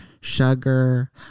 sugar